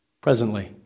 presently